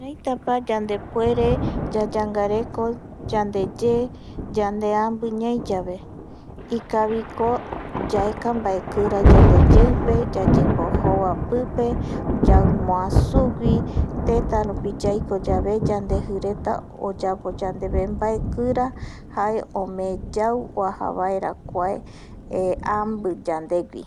Kiraitapa yandepuere yayangareko yandeye yande ambi ñai, yave, ikaviko yaeka mbaekira yandeyeipe, yayembojova pipe, yau moa sugui, tetarupi yaiko yave yandejireta oyapo yandeve mbaekira jae omee yau oaja vaera kua ambi yandegui